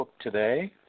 today